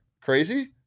Crazy